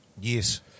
Yes